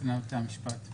אהבתי את ה"כמובן".